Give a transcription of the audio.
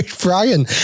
Brian